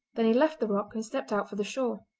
then he left the rock and stepped out for the shore.